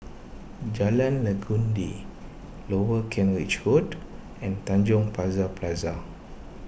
Jalan Legundi Lower Kent Ridge Road and Tanjong Pagar Plaza